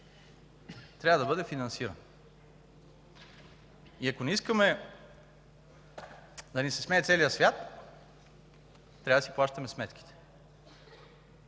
трябва да бъде финансиран. И ако не искаме да ни се смее целият свят, трябва да си плащаме сметките.